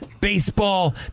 baseball